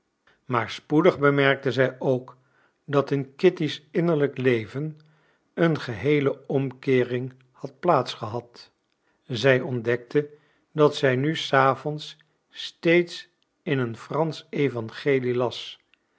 maar spoedig bemerkte zij ook dat in kitty's innerlijk leven een geheele omkeering had plaats gehad zij ontdekte dat zij nu s avonds steeds in een fransch evangelie las